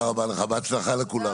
תודה רבה לך והצלחה לכולם.